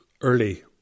early